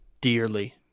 dearly